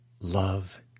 love